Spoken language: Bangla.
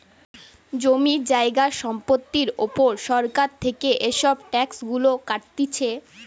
জমি জায়গা সম্পত্তির উপর সরকার থেকে এসব ট্যাক্স গুলা কাটতিছে